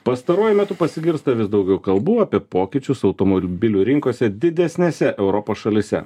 pastaruoju metu pasigirsta vis daugiau kalbų apie pokyčius automobilių rinkose didesnėse europos šalyse